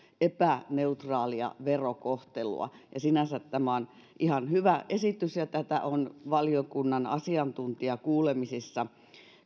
epäneutraalia verokohtelua sinänsä tämä on ihan hyvä esitys ja tätä on valiokunnan asiantuntijakuulemisissa